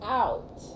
out